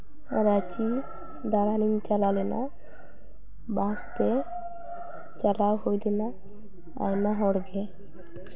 ᱨᱟᱸᱪᱤ ᱫᱟᱬᱟᱱᱤᱧ ᱪᱟᱞᱟᱣ ᱞᱮᱱᱟ ᱵᱟᱥᱛᱮ ᱪᱟᱞᱟᱣ ᱦᱩᱭ ᱞᱮᱱᱟ ᱟᱭᱢᱟ ᱦᱚᱲᱜᱮ